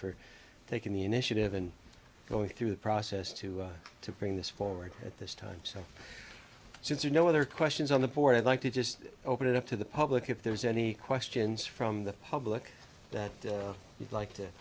for taking the initiative and going through the process to to bring this forward at this time so since you know there are questions on the board i'd like to just open it up to the public if there's any questions from the public that you'd like to